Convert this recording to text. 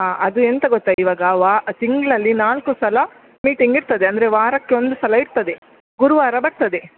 ಹಾಂ ಅದು ಎಂತ ಗೊತ್ತ ಇವಾಗ ವಾ ತಿಂಗಳಲ್ಲಿ ನಾಲ್ಕು ಸಲ ಮೀಟಿಂಗ್ ಇರ್ತದೆ ಅಂದರೆ ವಾರಕ್ಕೆ ಒಂದು ಸಲ ಇರ್ತದೆ ಗುರುವಾರ ಬರ್ತದೆ